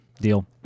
deal